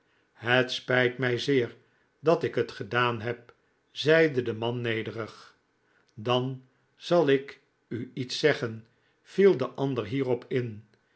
het spijt mij zeer dat ik het gedaan heb zeide de man nederig dan zal ik u iets zeggen viel de ander hierop in